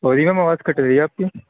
sorry ma'am آواز کٹ رہی ہے آپ کی